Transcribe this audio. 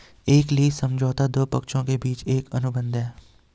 एक लीज समझौता दो पक्षों के बीच एक अनुबंध है